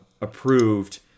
approved